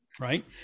Right